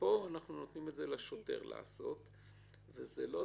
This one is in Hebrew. פה אנחנו נותנים לשוטר לעשות את זה,